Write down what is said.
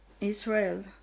Israel